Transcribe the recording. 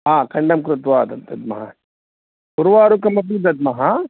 हा खण्डं कृत्वा दद्मः उर्वारुकमपि दद्मः